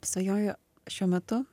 svajoju šiuo metu